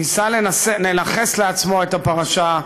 ניסה לנכס לעצמו את הטיפול הפרשה.